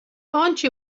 آنچه